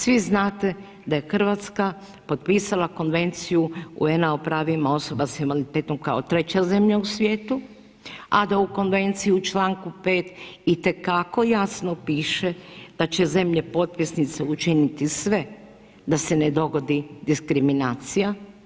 Svi znate da je Hrvatska potpisala Konvenciju UN-a o pravima osobama s invaliditetom kao treća zemlja u svijetu a da u Konvenciji u članku 5. itekako jasno piše da će zemlje potpisnice učini sve da se ne dogodi diskriminacija.